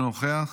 אינו נוכח.